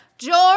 George